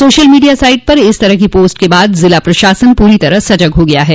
social media site पर इस तरह की पोस्ट के बाद जिला प्रशासन पूरी तरह सजग हो गया है